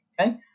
Okay